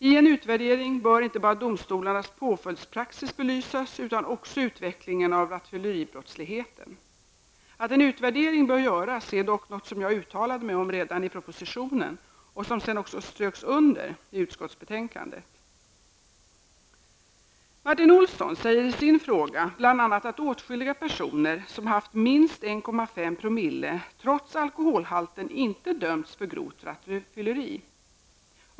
I en utvärdering bör inte bara domstolarnas påpföljdspraxis belysas utan också utvecklingen av rattfylleribrottsligheten. Att en utvärdering bör göras är dock något som jag uttalade mig om redan i propositionen och som sedan också ströks under i utskottsbetänkandet. Martin Olsson säger i sin fråga bl.a. att åtskilliga personer som haft minst 1,5 " trots alkoholhalten inte dömts för grovt rattfylleri.